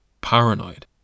paranoid